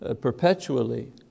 perpetually